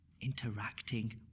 interacting